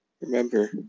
remember